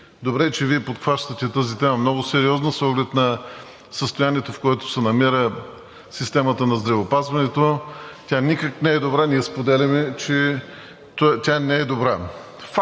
Добре е, че Вие подхващате тази тема много сериозно, с оглед на състоянието, в което се намира системата на здравеопазването. Тя никак не е добра. Ние споделяме, че тя не е добра.